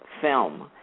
film